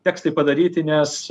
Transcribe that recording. teks tai padaryti nes